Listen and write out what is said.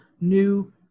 new